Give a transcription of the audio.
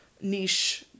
niche